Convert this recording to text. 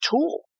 tool